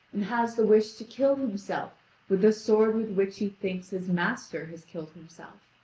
and has the wish to kill himself with the sword with which he thinks his master has killed himself.